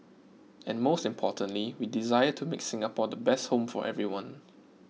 and most importantly we desire to make Singapore the best home for everyone